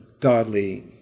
godly